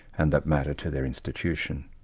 and that matter to their institution.